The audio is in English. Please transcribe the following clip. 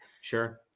Sure